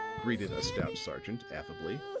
greeted a stout sergeant, affably.